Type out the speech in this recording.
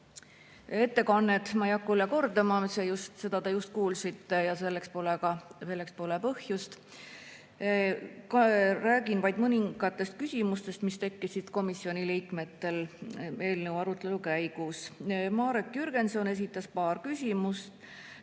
ettekannet ma ei hakka üle kordama, seda te just kuulsite ja selleks pole põhjust. Räägin vaid mõningast küsimusest, mis tekkisid komisjoni liikmetel eelnõu arutelu käigus. Marek Jürgenson esitas paar küsimust.